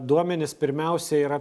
duomenys pirmiausia yra